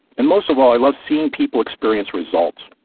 and most of all i love seeing people experience results,